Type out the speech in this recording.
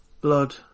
blood